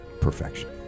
perfection